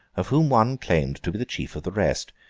of whom one claimed to be the chief of the rest.